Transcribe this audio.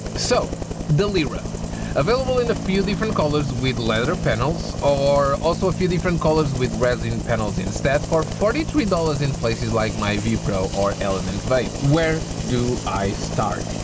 so the lyric available in a few different colors with leather panels are also a few different colors with resin panels instead for forty three dollars in places like my view pro or element vape. where do i start.